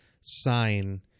sign